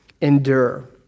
Endure